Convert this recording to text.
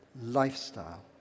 lifestyle